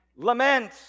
Lament